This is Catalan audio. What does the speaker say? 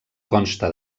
consta